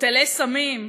קרטלי סמים,